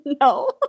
No